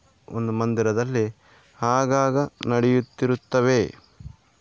ಒಂದು ಮಂದಿರದಲ್ಲಿ ಆಗಾಗ ನಡಿಯುತ್ತಿರುತ್ತವೆ